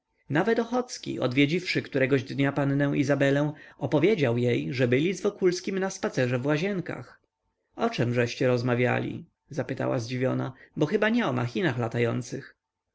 nawet ochocki odwiedziwszy któregoś dnia pannę izabelę opowiedział jej że byli z wokulskim na spacerze w łazienkach o czemżeście rozmawiali zapytała zdziwiona bo chyba nie o machinach latających